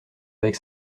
avec